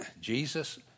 Jesus